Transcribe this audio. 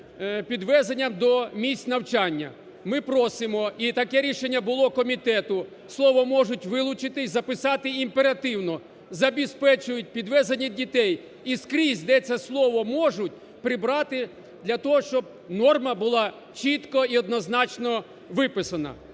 підвезенням до місць навчання. Ми просимо, і таке рішення було комітету, слово "можуть" вилучити і записати імперативно "забезпечують підвезення дітей" і скрізь, де це слово "можуть", прибрати для того, щоб норма була чітко і однозначно виписана.